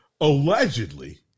allegedly